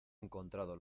encontrado